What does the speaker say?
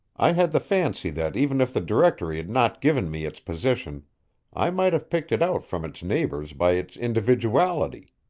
i had the fancy that even if the directory had not given me its position i might have picked it out from its neighbors by its individuality,